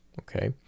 okay